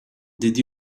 did